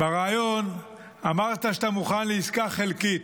בריאיון אמרת שאתה מוכן לעסקה חלקית.